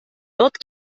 dort